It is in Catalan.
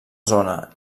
zona